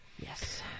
Yes